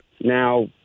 Now